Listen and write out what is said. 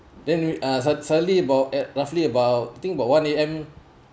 then uh sudd~ suddenly about at roughly about I think about one A_M